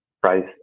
price